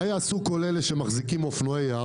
מה יעשו כל אלה שמחזיקים אופנועי ים?